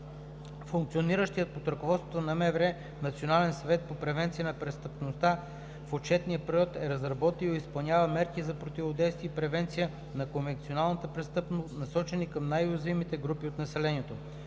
на Министерството на вътрешните работи Национален съвет по превенция на престъпността в отчетния период е разработил и изпълнява мерки за противодействие и превенция на конвенционалната престъпност, насочени към най-уязвимите групи от населението.